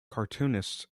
cartoonists